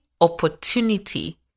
opportunity